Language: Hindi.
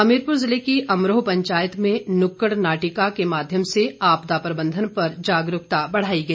हमीरपुर जिले की अमरोह पंचायत में नुक्कड़ नाटिका के माध्यम से आपदा प्रबंधन पर जागरूकता बढ़ाई गई